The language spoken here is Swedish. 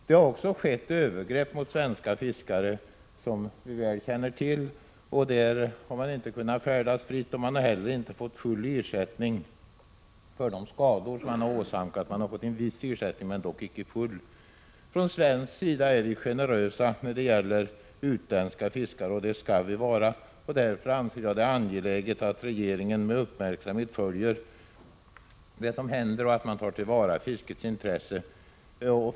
Det har också skett övergrepp mot svenska fiskare, vilket vi känner till väl. Man har inte kunnat färdas fritt, och man har inte heller fått full ersättning för de skador som man har åsamkats, utan endast viss ersättning. Från svensk sida är vi generösa när det gäller utländska fiskare, och det skall vi vara. Därför anser jag det angeläget att regeringen med uppmärksamhet följer det som händer och tar till vara fiskets intressen.